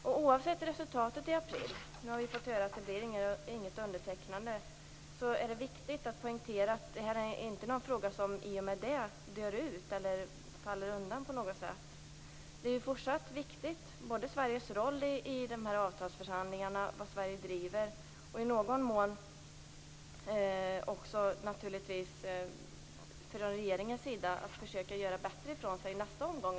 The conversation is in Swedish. Nu har vi fått höra att det inte blir något undertecknande, men oavsett resultatet i april är det viktigt att poängtera att detta inte är någon fråga som i och med det dör ut eller faller undan på något sätt. Sveriges roll i avtalsförhandlingarna och det som Sverige driver är fortsatt viktigt. I någon mån är det också viktigt att regeringen försöker göra bättre ifrån sig i nästa omgång.